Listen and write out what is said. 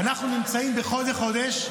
אנחנו נמצאים באיזה חודש?